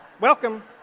welcome